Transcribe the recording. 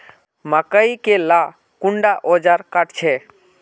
मकई के ला कुंडा ओजार काट छै?